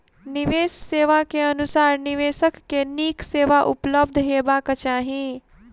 निवेश सेवा के अनुसार निवेशक के नीक सेवा उपलब्ध हेबाक चाही